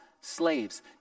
slaves